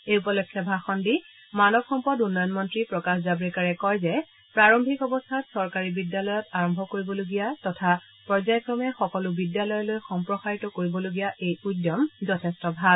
এই উপলক্ষে ভাষণ দি মানৱ সম্পদ উন্নয়ন মন্ত্ৰী প্ৰকাশ জাভৰেকাৰে কয় যে প্ৰাৰম্ভিক অৱস্থাত চৰকাৰী বিদ্যালয় আৰম্ভ কৰিবলগীয়া তথা পৰ্যায়ক্ৰমে সকলো বিদ্যালয়লৈ সম্প্ৰসাৰিত কৰিবলগীয়া এই উদ্যম যথেষ্ট ভাল